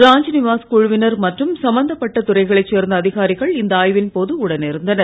ராஜ்நிவாஸ் குழுவினர் மற்றும் சம்பந்தப்பட்ட துறைகளைச் சேர்ந்த அதிகாரிகள் இந்த ஆய்வின் போது உடன் இருந்தனர்